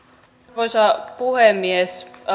arvoisa puhemies